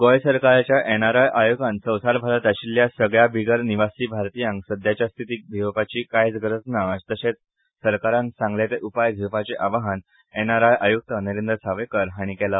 गोंय सरकाराच्या N R I आयोगान संवसारभरात आशिल्ल्या सगळ्या बिगर निवासी भारतीयांक सद्याच्या स्थितीक भियेवपाची कायच गरज ना तशेच सरकारान सांगले ते उपाय घेवपाचे आवाहन एन आर आय आय़्क्त नरेंद्र सावयकर हांणी केला